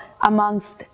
amongst